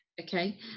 Okay